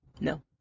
No